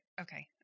Okay